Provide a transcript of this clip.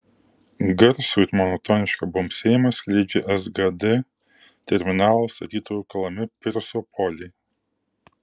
garsų ir monotonišką bumbsėjimą skleidžia sgd terminalo statytojų kalami pirso poliai